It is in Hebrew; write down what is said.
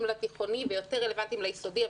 לתיכונים ויותר רלוונטיים ליסודי,